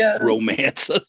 romance